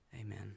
Amen